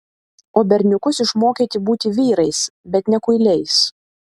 o berniukus išmokyti būti vyrais bet ne kuiliais